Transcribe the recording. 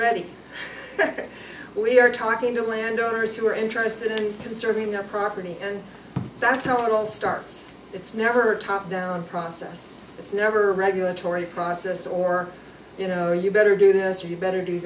ready we are talking to landowners who are interested in conserving our property and that's how it all starts it's never top down process it's never regulatory process or you know you better do this or you better do